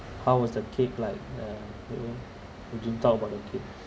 how was the cake like ah maybe talk about the cake